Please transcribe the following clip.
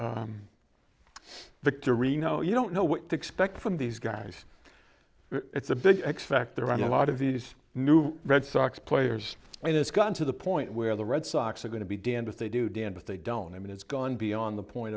and victor reno you don't know what to expect from these guys it's a big x factor on a lot of these new red sox players and it's gotten to the point where the red sox are going to be damned if they do damned if they don't i mean it's gone beyond the point